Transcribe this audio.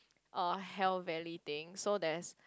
a hell valley thing so there's